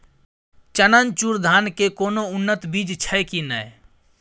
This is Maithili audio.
चननचूर धान के कोनो उन्नत बीज छै कि नय?